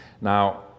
Now